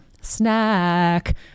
snack